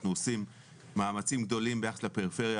אנחנו עושים מאמצים גדולים ביחס לפריפריה,